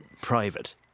private